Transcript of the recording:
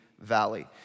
valley